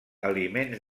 aliments